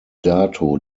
dato